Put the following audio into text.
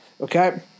Okay